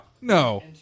No